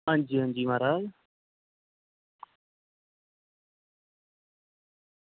हां जी हां जी महाराज